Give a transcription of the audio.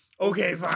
Okay